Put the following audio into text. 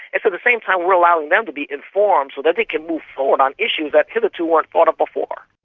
it's at the same time we are allowing them to be informed so that they can move forward on issues that hitherto weren't thought of before.